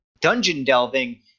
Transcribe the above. dungeon-delving